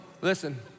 listen